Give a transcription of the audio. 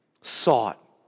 Sought